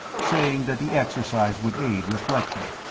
saying that the exercise would aid reflection.